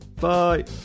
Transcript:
Bye